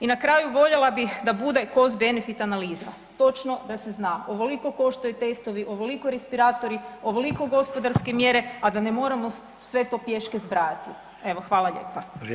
I na kraju voljela bih da bude cost benefit analiza, točno da se zna, ovoliko koštaju testovi, ovoliko respiratori, ovoliko gospodarske mjere, a da ne moramo sve to pješke zbrajati.